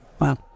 Wow